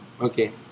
Okay